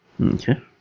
Okay